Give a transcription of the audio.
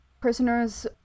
prisoners